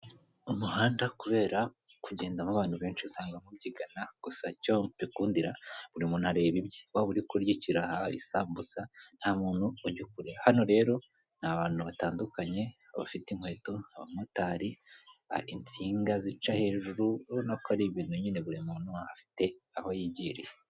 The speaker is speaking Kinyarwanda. Umuhanda kubera kugendwamo n'abantu benshi usanga mubyigana gusa icyo mbikundira buri muntu areba ibye waba uri kurya ikiraha isambusa nta muntu ujya akureba hano rero ni abantu batandukanye bafite inkweto, abamotari, insinga zica hejuru ubona ko ari ibintu nyine buri muntu afite aho yigirira.